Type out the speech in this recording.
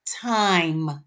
time